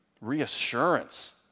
reassurance